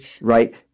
Right